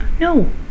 No